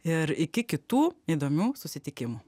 ir iki kitų įdomių susitikimų